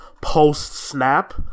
post-snap